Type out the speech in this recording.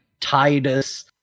Titus